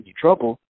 trouble